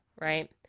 right